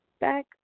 Back